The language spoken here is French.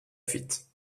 fuite